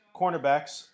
cornerbacks